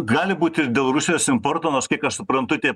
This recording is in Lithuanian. gali būti dėl rusijos importo nors kiek aš suprantu tie